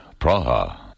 Praha